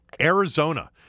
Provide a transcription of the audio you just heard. Arizona